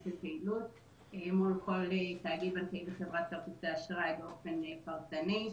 של פעילות מול כל תאגיד בנקים וחברת כרטיסי אשראי באופן פרטני,